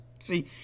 See